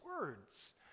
words